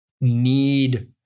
need